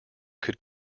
could